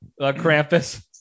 Krampus